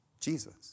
Jesus